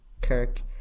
Kirk